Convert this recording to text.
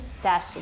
dash